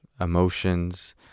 emotions